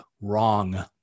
wrong